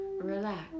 relax